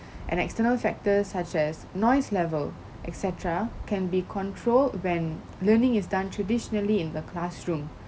and external factors such as noise level et cetera can be controlled when learning is done traditionally in the classroom